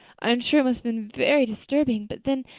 i'm sure it must been very disturbing. but then,